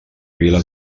vila